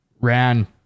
ran